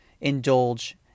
indulge